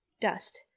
dust